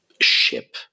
ship